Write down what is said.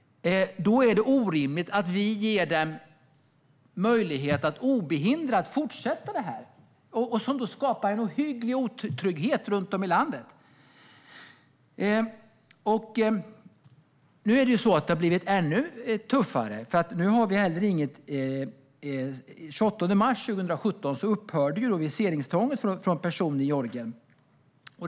Då är det orimligt att vi ger dem möjlighet att obehindrat fortsätta detta. Det skapar en ohygglig otrygghet runt om i landet. Nu har det blivit ännu tuffare. Den 28 mars 2017 upphörde viseringstvången för personer från Georgien.